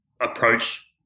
approach